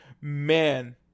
Man